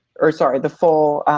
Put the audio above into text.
or sorry, the full